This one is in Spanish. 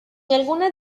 algunas